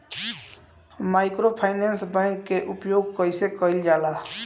Microfinance bank के उपयोग कइसे कइल जाला?